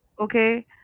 Okay